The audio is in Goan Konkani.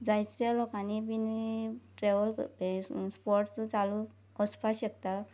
जायते लोकांनी बीन ट्रेवल स्पॉट्स चालू आसपाक शकता